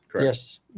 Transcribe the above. Yes